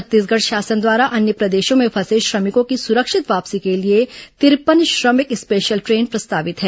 छत्तीसगढ़ शासन द्वारा अन्य प्रदेशों में फंसे श्रमिकों की सुरक्षित वापसी के लिए तिरपन श्रमिक स्पेशल ट्रेन प्रस्तावित है